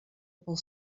pel